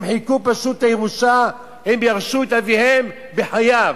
הם חילקו פשוט את הירושה, הם ירשו את אביהם בחייו.